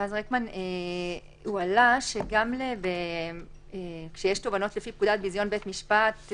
מרכז רקמן עלה שגם כשיש תובענות לפי פקודת ביזיון בית משפט,